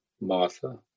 Martha